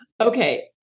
Okay